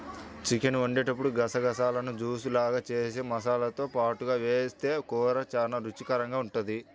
chicken వండేటప్పుడు గసగసాలను juice లాగా జేసి మసాలాతో పాటుగా వేస్తె కూర చానా రుచికరంగా ఉంటది